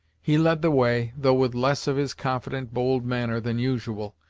he led the way, though with less of his confident bold manner than usual,